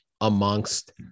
amongst